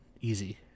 easy